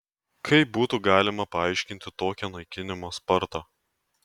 kaip būtų galima paaiškinti tokią naikinimo spartą